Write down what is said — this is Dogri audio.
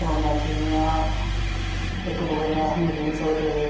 कोरोना च जियां इक दुए कन्नै अस मिली नी सकदे हे